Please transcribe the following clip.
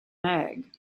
egg